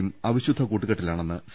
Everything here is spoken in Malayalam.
യും അവി ശുദ്ധ കൂട്ടു കെ ട്ടി ലാണെന്ന് സി